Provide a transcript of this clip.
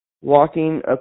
walking